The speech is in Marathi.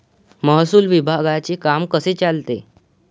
महसूल विभागाचे काम कसे चालते?